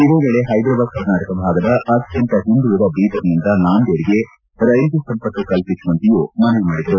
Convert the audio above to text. ಇದೇ ವೇಳೆ ಹೈದರಾಬಾದ್ ಕರ್ನಾಟಕ ಭಾಗದ ಅತ್ಯಂತ ಹಿಂದುಳಿದ ಬೀದರ್ ನಿಂದ ನಾಂದೇಡ್ಗೆ ರೈಲ್ವೆ ಸಂಪರ್ಕ ಕಲ್ಪಿಸುವಂತೆಯೂ ಮನವಿ ಮಾಡಿದರು